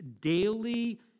daily